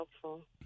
helpful